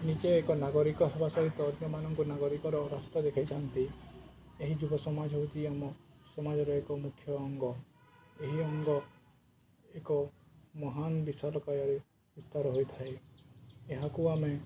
ନିଜେ ଏକ ନାଗରିକ ହେବା ସହିତ ଏମାନଙ୍କୁ ନାଗରିକର ରାସ୍ତା ଦେଖାଇଥାନ୍ତି ଏହି ଯୁବ ସମାଜ ହେଉଛି ଆମ ସମାଜର ଏକ ମୁଖ୍ୟ ଅଙ୍ଗ ଏହି ଅଙ୍ଗ ଏକ ମହାନ ବିଶାଳକାୟରେ ଉସ୍ତାର ହୋଇଥାଏ ଏହାକୁ ଆମେ